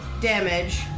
damage